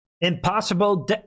impossible